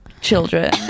children